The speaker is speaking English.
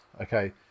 okay